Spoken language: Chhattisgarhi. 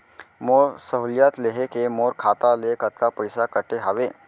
मोर सहुलियत लेहे के मोर खाता ले कतका पइसा कटे हवये?